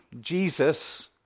Jesus